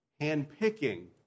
handpicking